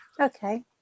Okay